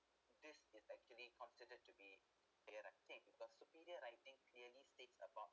this is actually considered to be superior writing because superior writing clearly states about